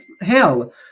hell